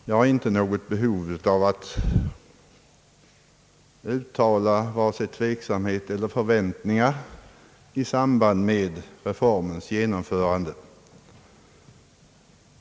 Jag har inte något behov av att uttala vare sig tveksamhet eller förväntningar 1 samband med reformens genomförande.